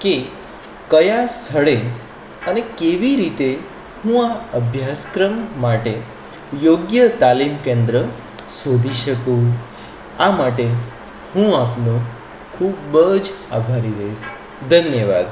કે કયા સ્થળે અને કેવી રીતે હું આ અભ્યાસક્રમ માટે યોગ્ય તાલીમ કેન્દ્ર શોધી શકું આ માટે હું આપનો ખૂબ જ આભારી રહીશ ધન્યવાદ